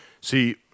See